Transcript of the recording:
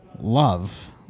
love